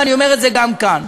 ואני אומר את זה גם כאן,